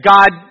God